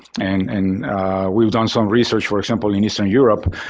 and we've done some research, for example, in eastern europe,